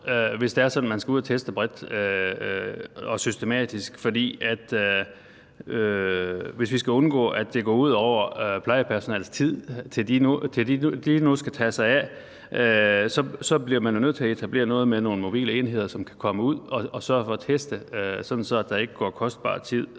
hvis det er sådan, at man skal ud at teste bredt og systematisk. For hvis vi skal undgå, at det går ud over plejepersonalets tid og det, de nu skal tage sig af, så bliver man jo nødt til at etablere noget med nogle mobile enheder, som kan komme ud og sørge for at teste. Det bliver man jo nødt til,